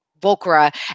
Volcra